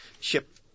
ship